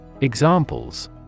Examples